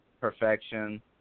perfection